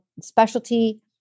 specialty